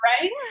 right